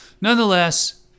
nonetheless